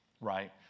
right